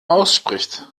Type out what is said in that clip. ausspricht